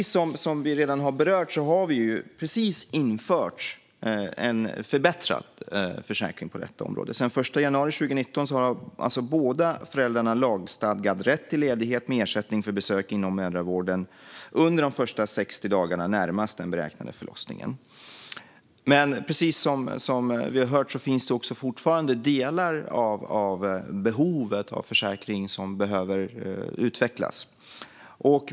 Som vi redan berört har vi precis infört en förbättrad försäkring på detta område. Sedan den 1 januari 2019 har alltså båda föräldrarna lagstadgad rätt till ledighet med ersättning för besök inom mödravården under de första 60 dagarna närmast den beräknade förlossningen. Men som vi hört finns det fortfarande delar av behovet av försäkring som behöver utvecklas.